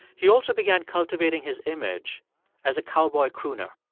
he also began cultivating his image as a cowboy crooner